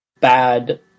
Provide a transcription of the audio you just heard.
bad